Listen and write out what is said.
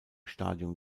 stadion